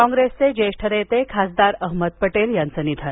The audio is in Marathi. कॉग्रेसचे ज्येष्ठ नेते खासदार अहमद पटेल यांचं निधन